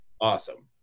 awesome